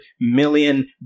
million